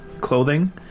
clothing